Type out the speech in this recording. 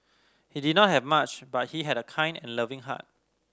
he did not have much but he had a kind and loving heart